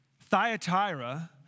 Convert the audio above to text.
Thyatira